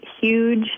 huge